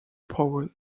powell